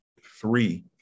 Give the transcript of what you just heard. three